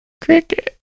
cricket